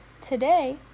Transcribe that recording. Today